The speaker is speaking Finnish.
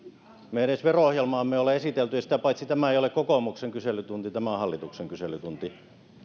me emme edes vero ohjelmaamme ole esitelleet ja sitä paitsi tämä ei ole kokoomuksen kyselytunti tämä on hallituksen kyselytunti